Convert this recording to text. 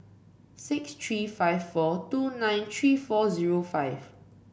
six three five four two nine three four zero five